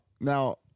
now